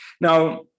Now